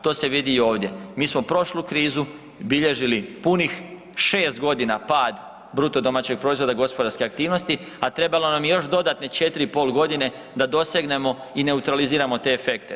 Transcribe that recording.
To se vidi i ovdje, mi smo prošlu krizu bilježili punih 6 godina pad BDP-a gospodarske aktivnosti, a trebalo nam je još dodatne 4,5 godine da dosegnemo i neutraliziramo te efekte.